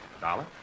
Dollar